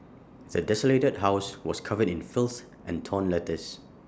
the desolated house was covered in filth and torn letters